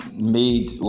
made